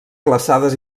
glaçades